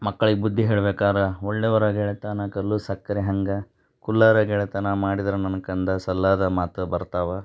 ಮಕ್ಕಳಿಗೆ ಬುದ್ದಿ ಹೇಳ್ಬೇಕಾರೆ ಒಳ್ಳೆಯವರ ಗೆಳೆತನ ಕಲ್ಲು ಸಕ್ಕರೆ ಹಂಗೆ ಕುಲ್ಲರ ಗೆಳೆತನ ಮಾಡಿದ್ರೆ ನನ್ನ ಕಂದ ಸಲ್ಲದ ಮಾತೇ ಬರ್ತವೆ